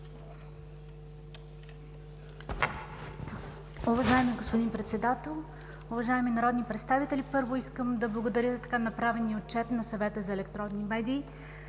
Уважаеми господин Председател, уважаеми народни представители! Първо, искам да благодаря за така направения Отчет на Съвета за електронни медии.